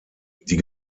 die